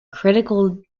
critical